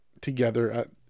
together